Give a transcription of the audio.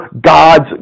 God's